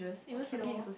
okay loh